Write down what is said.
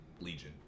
legion